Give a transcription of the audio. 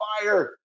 fire